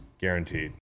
guaranteed